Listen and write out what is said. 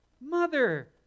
mother